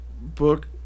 book